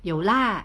有 lah